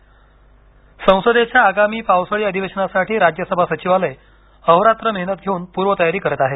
नायडू संसदेच्या आगामी पावसाळी अधिवेशनासाठी राज्यसभा सचिवालय अहोरात्र मेहनत घेऊन पूर्वतयारी करत आहे